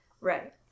Right